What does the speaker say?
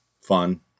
fun